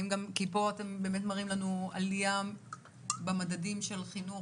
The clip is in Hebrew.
כי פה אתם מראים לנו עלייה במדדים של החינוך